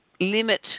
limit